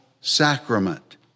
sacrament